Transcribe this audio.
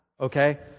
Okay